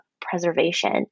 preservation